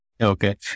Okay